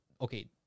okay